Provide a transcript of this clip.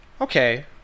okay